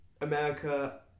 America